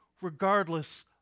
regardless